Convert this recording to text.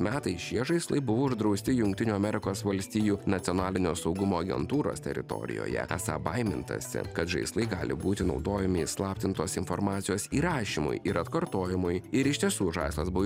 metais šie žaislai buvo uždrausti jungtinių amerikos valstijų nacionalinio saugumo agentūros teritorijoje esą baimintasi kad žaislai gali būti naudojami įslaptintos informacijos įrašymui ir atkartojimui ir iš tiesų žaislas buvo